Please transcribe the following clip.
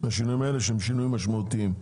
מהשינויים האלה שהם שינויים משמעותיים.